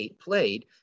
played